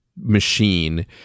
machine